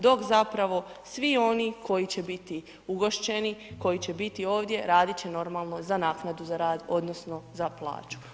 Dok zapravo svi oni koji će biti ugošćeni, koji će biti ovdje radit će normalno za naknadu za rad odnosno za plaću.